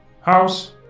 House